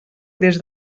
des